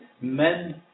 Men